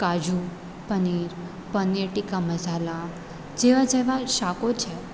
કાજુ પનીર પનીર ટીકા મસાલા જેવા જેવા શાકો છે